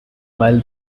while